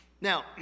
Now